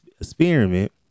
experiment